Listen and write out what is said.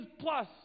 plus